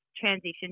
transition